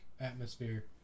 atmosphere